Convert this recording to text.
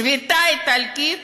שביתה איטלקית?